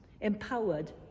empowered